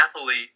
athlete